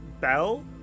bell